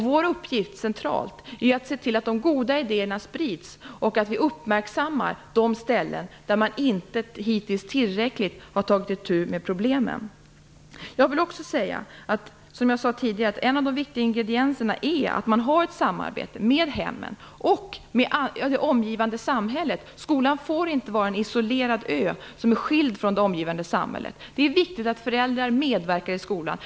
Vår uppgift centralt är att se till att de goda idéerna sprids och att vi uppmärksammar de ställen där man inte hittills tillräckligt har tagit itu med problemen. Jag vill också säga, som jag sade tidigare, att en av de viktiga ingredienserna är att man har ett samarbete med hemmen och det omgivande samhället. Skolan får inte vara en isolerad ö, som är skild från det omgivande samhället. Det är viktigt att föräldrar medverkar i skolan.